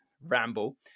ramble